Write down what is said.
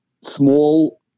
small